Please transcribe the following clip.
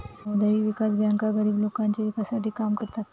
सामुदायिक विकास बँका गरीब लोकांच्या विकासासाठी काम करतात